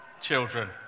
children